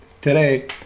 today